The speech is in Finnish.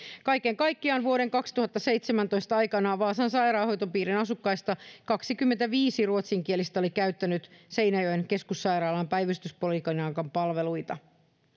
kaiken kaikkiaan vuoden kaksituhattaseitsemäntoista aikana vaasan sairaanhoitopiirin asukkaista kaksikymmentäviisi ruotsinkielistä oli käyttänyt seinäjoen keskussairaalan päivystyspoliklinikan palveluita